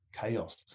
chaos